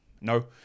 No